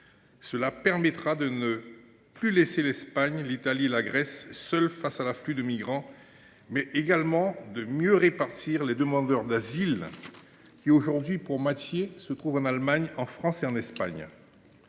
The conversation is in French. seulement de ne plus laisser l’Espagne, l’Italie et la Grèce seules face à l’afflux de migrants, mais également de mieux répartir les demandeurs d’asile, qui se trouvent aujourd’hui pour moitié en Allemagne, en France et en Espagne.